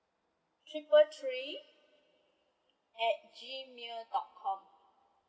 triple three at G mail dot com